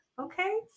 Okay